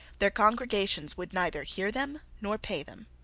their congregations would neither hear them nor pay them.